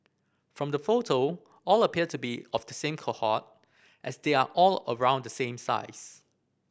from the photo all appear to be of the same cohort as they are all around the same size